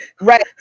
Right